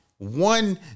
One